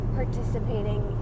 participating